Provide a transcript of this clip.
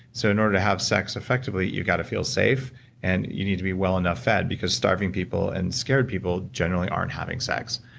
so in order to have sex effectively you got to feel safe and you need to be well enough fed, because starving people and scared people generally aren't having sex.